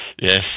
Yes